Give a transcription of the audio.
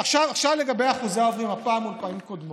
לגבי אחוזי העוברים הפעם מול הפעמים הקודמות.